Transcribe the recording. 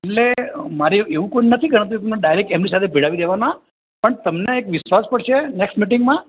એટલે મારે એવું પણ નથી કરવાનું કે તમને ડાયરૅક્ટ એમની સાથે ભિડાવી દેવાના પણ તમને એક વિશ્વાસ પડશે નૅક્સ્ટ મિટિંગમાં